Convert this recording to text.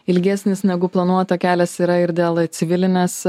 ilgesnis negu planuota kelias yra ir dėl civilinės